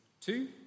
two